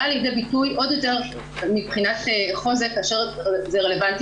באה לידי ביטוי עוד יותר מבחינת חוזק כאשר זה רלוונטי